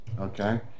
Okay